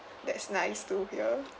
that's nice to hear